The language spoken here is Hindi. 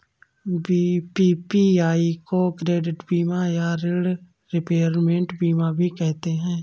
पी.पी.आई को क्रेडिट बीमा या ॠण रिपेयरमेंट बीमा भी कहते हैं